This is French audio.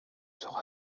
sera